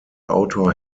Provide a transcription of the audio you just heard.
autor